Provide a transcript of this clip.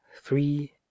three